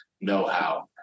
know-how